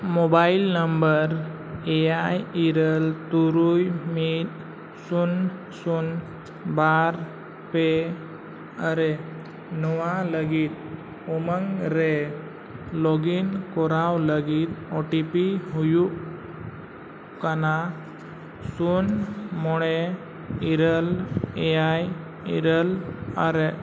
mobile number ᱮᱭᱟᱭ ᱤᱨᱟᱹᱞ ᱛᱩᱨᱩᱭ ᱢᱤᱫ ᱥᱩᱱ ᱥᱩᱱ ᱵᱟᱨ ᱯᱮ ᱟᱨᱮ ᱱᱚᱣᱟ ᱞᱟᱹᱜᱤᱫ ᱩᱢᱟᱹᱜᱽ ᱨᱮ ᱞᱚᱜᱤᱱ ᱠᱚᱨᱟᱣ ᱞᱟᱹᱜᱤᱫ ᱳ ᱴᱤ ᱯᱤ ᱦᱩᱭᱩᱜ ᱠᱟᱱᱟ ᱥᱩᱱ ᱢᱚᱬᱮ ᱤᱨᱟᱹᱞ ᱮᱭᱟᱭ ᱤᱨᱟᱹᱞ ᱟᱨᱮ